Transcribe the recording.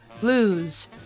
blues